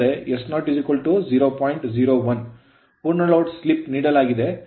01 ಪೂರ್ಣ load load slip slip ನೀಡಲಾಗಿದೆ ಅಂದರೆ sfl0